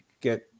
get